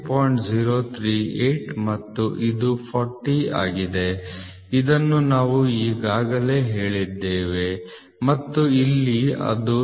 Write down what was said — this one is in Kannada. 038 ಮತ್ತು ಇದು 40 ಆಗಿದೆ ಇದನ್ನು ನಾವು ಈಗಾಗಲೇ ಹೇಳಿದ್ದೇವೆ ಮತ್ತು ಇಲ್ಲಿ ಅದು 39